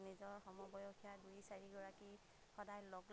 নিজৰ সমবয়সীয়া দুুই চাৰিগৰাকী সদায় লগ লাগোঁ